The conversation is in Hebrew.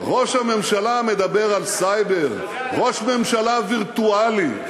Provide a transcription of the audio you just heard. ראש הממשלה מדבר על סייבר, ראש ממשלה וירטואלי.